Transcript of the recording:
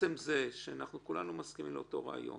עצם זה שכולנו מסכימים לאותו רעיון